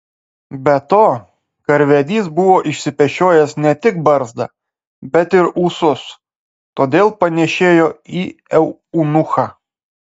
be to karvedys buvo išsipešiojęs ne tik barzdą bet ir ūsus todėl panėšėjo į eunuchą